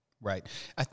Right